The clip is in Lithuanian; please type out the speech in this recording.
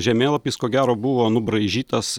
žemėlapis ko gero buvo nubraižytas